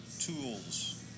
tools